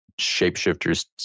shapeshifters